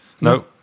No